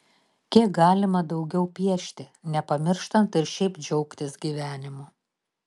kiek galima daugiau piešti nepamirštant ir šiaip džiaugtis gyvenimu